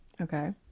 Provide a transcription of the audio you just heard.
Okay